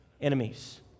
Enemies